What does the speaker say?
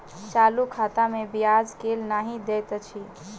चालू खाता मे ब्याज केल नहि दैत अछि